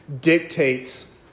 dictates